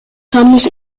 kamus